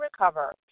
recover